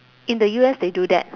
in the U_S they do that